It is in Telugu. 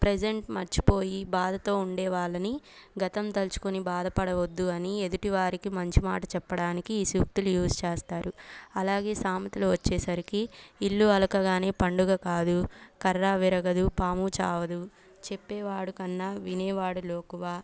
ప్రజెంట్ మర్చిపోయి బాధతో ఉండేవాళ్ళని గతం తలుచుకుని బాధపడవద్దు అని ఎదుటి వారికి మంచి మాట చెప్పడానికి ఈ సూక్తులు యూజ్ చేస్తారు అలాగే సామెతలు వచ్చేసరికి ఇల్లు అలకగానే పండుగ కాదు కర్ర విరగదు పాము చావదు చెప్పేవాడు కన్నా వినేవాడు లోకువ